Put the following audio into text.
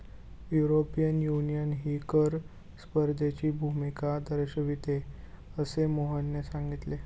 European युनियनही कर स्पर्धेची भूमिका दर्शविते, असे मोहनने सांगितले